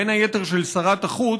בין היתר של שרת החוץ,